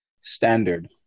standard